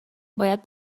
باید